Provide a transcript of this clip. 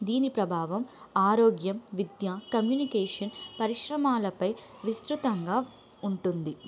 దీని ప్రభావం ఆరోగ్యం విద్య కమ్యూనికేషన్ పరిశ్రమలపై విస్తృతంగా ఉంటుంది